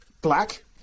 black